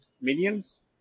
minions